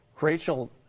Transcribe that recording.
Rachel